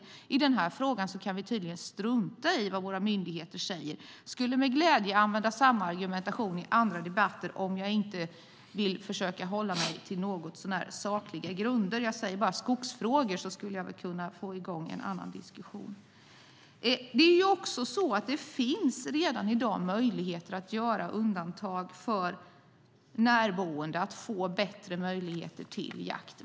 Men i den här frågan kan vi tydligen strunta i vad våra myndigheter säger. Jag skulle med glädje använda samma argumentation i andra debatter om jag inte vill försöka hålla mig till någotsånär sakliga grunder. Bara genom att säga ordet skogsfrågor skulle jag väl kunna få i gång en annan diskussion. Redan i dag finns det möjligheter att göra undantag för närboende när det gäller att få bättre möjligheter till jakt.